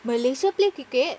malaysia play cricket